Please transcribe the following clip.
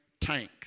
tank